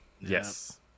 Yes